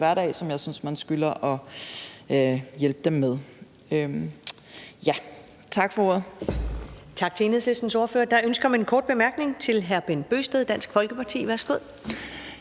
hverdag, som jeg synes man skylder at hjælpe dem med. Tak for ordet.